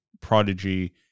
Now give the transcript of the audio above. prodigy